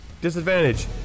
disadvantage